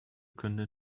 können